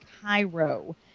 Cairo